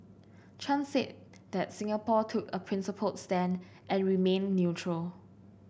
Chan said that Singapore took a principled stand and remained neutral